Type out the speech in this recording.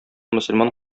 мөселман